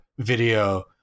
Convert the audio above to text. video